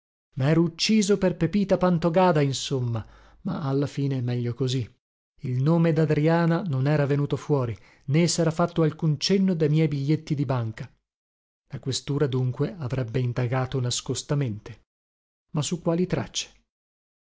mero ucciso per pepita pantogada insomma ma alla fine meglio così il nome dadriana non era venuto fuori né sera fatto alcun cenno de miei biglietti di banca la questura dunque avrebbe indagato nascostamente ma su quali tracce